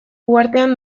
uhartean